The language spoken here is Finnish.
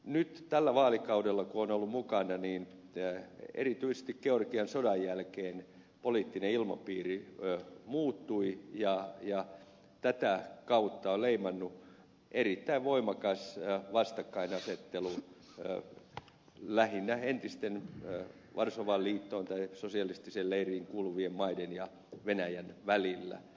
nyt tällä vaalikaudella kun olen ollut mukana erityisesti georgian sodan jälkeen poliittinen ilmapiiri muuttui ja tätä kautta on leimannut erittäin voimakas vastakkainasettelu lähinnä entiseen varsovan liittoon tai sosialistiseen leiriin kuuluneiden maiden ja venäjän välillä